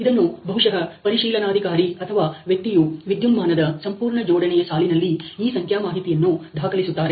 ಇದನ್ನು ಬಹುಶಹ ಪರಿಶೀಲನಾಧಿಕಾರಿ ಅಥವಾ ವ್ಯಕ್ತಿಯು ವಿದ್ಯುನ್ಮಾನದ ಸಂಪೂರ್ಣ ಜೋಡಣೆ ಸಾಲಿನಲ್ಲಿ ಈ ಸಂಖ್ಯಾ ಮಾಹಿತಿಯನ್ನು ದಾಖಲಿಸುತ್ತಾರೆ